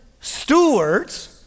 stewards